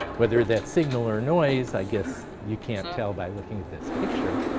whether that's signal or noise, i guess you can't tell by looking at this picture.